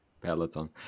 peloton